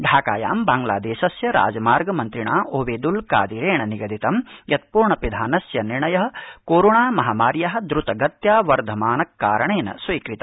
ढाकायां बांग्लादेशस्य राजमार्ग मन्त्रिणा ओबेद्ल कादिरेण निगदितं यत् पूर्णपिधानस्य निर्णय कोरोणा महामार्या द्र्तगत्या वर्धमानत्वात् स्वीकृत